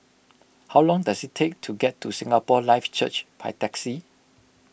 how long does it take to get to Singapore Life Church by taxi